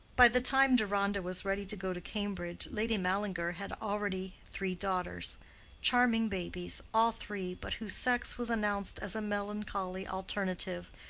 by the time deronda was ready to go to cambridge, lady mallinger had already three daughters charming babies, all three, but whose sex was announced as a melancholy alternative,